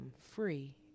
free